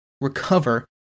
recover